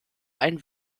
ein